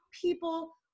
People